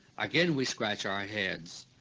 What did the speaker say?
again we scratch our heads.